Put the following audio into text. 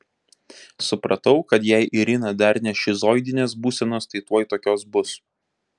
supratau kad jei irina dar ne šizoidinės būsenos tai tuoj tokios bus